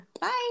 Bye